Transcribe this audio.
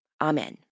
Amen